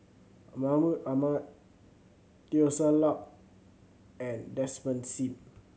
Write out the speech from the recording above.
Mahmud Ahmad Teo Ser Luck and Desmond Sim